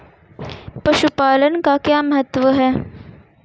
पशुपालन का क्या महत्व है?